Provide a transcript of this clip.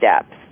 steps